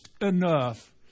enough